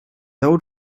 old